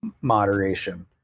moderation